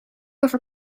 over